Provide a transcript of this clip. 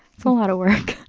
it's a lot of work.